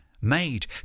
made